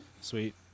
Sweet